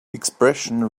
expression